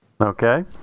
Okay